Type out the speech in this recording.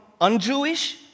un-Jewish